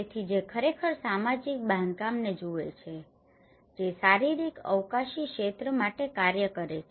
તેથી જે ખરેખર સામાજિક બાંધકામને જુએ છે જે શારીરિક અવકાશી ક્ષેત્ર માટે કાર્ય કરે છે